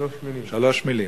שלוש מלים.